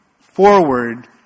forward